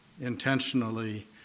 intentionally